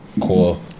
cool